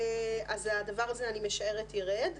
אני משערת שהדבר הזה ירד.